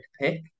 pick